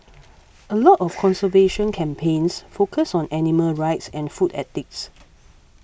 a lot of conservation campaigns focus on animal rights and food ethics